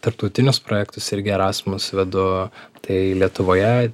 tarptautinius projektus irgi erasmus vedu tai lietuvoje